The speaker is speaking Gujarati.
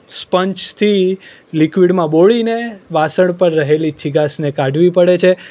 સ્પંચથી લિક્વિડમાં બોળીને વાસણ પર રહેલી ચિકાસને કાઢવી પડે છે